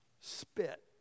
spit